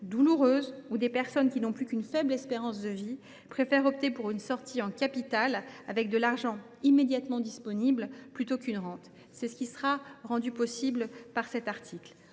douloureuses, celles de personnes qui n’ont plus qu’une faible espérance de vie et qui préfèrent opter pour une sortie en capital, avec de l’argent immédiatement disponible, plutôt que pour une rente. C’est ce qui sera rendu possible par l’article